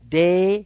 day